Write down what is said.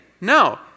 No